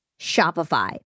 Shopify